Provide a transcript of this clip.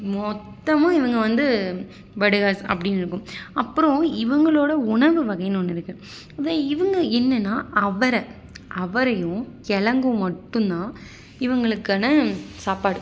மொத்தமாக இவங்க வந்து படுகாஸ் அப்படின்னு இருக்கும் அப்புறம் இவங்களோடய உணவு வகையின்னு ஒன்று இருக்குது அதை இவங்க என்னென்னா அவரை அவரையும் கிழங்கும் மட்டும் தான் இவங்களுக்கான சாப்பாடு